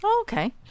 Okay